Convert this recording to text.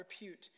repute